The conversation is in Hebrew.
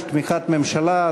יש תמיכת הממשלה,